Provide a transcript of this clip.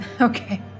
Okay